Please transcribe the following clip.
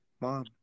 Mom